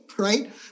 Right